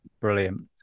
Brilliant